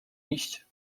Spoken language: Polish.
iść